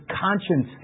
conscience